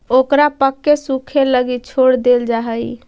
ओकरा पकके सूखे लगी छोड़ देल जा हइ